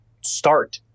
start